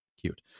cute